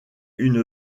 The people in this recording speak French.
une